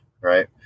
Right